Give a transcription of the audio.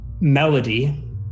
Melody